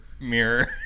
mirror